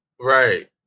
right